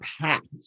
packed